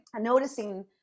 noticing